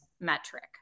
metric